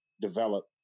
develop